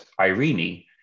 irene